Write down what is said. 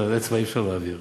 אצבע אי-אפשר להעביר,